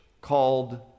called